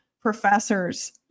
professors